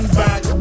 back